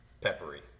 peppery